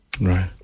Right